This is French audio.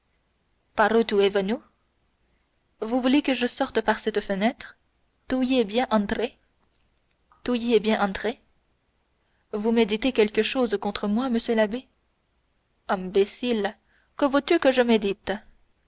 tu es venu vous voulez que je sorte par cette fenêtre tu y es bien entré vous méditez quelque chose contre moi monsieur l'abbé imbécile que veux-tu que je médite